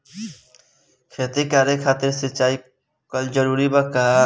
खेती करे खातिर सिंचाई कइल जरूरी बा का?